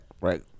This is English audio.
Right